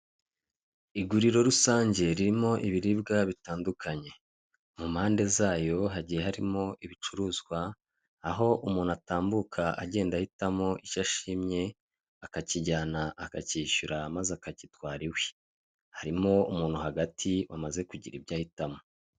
Iguriro rusange ririmo ibiribwa bitandukanye. Mu mpande zayo hagiye harimo ibicuruzwa, aho umuntu atambuka agenda ahitamo icyo ashimye, akakijyana, akacyishyura, maze akagitwara iwe. Harimo umuntu hagati wamaze kugira ibyo ahitamo.